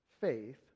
faith